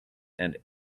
and